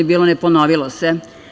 Bilo, ne ponovljivo se.